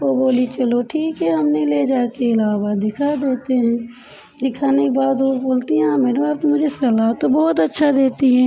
ओ बोली चलो ठीक है हमने ले जाके इलाहाबाद दिखा देते हैं दिखाने के बाद वो बोलती हैं हाँ मैडम आप मुझे सलाह तो बहुत अच्छा देती हैं